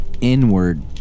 inward